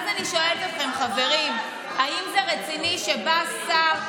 אז אני שואלת אתכם, חברים: האם זה רציני שבא שר,